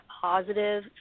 positive